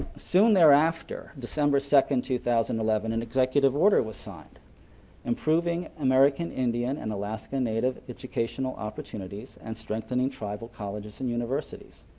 soon thereafter, december second, two thousand and eleven an executive order was signed improving american indian and alaskan native educational opportunities and strengthening tribal colleges and universities.